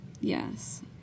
Yes